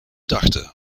dachten